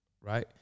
Right